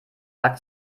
sack